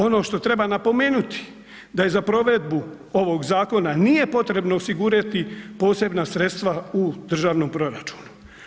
Ono što treba napomenuti da za provedbu ovog zakona nije potrebno osigurati posebna sredstva u državnom proračunu.